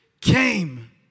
came